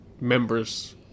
members